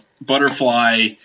butterfly